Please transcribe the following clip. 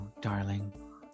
darling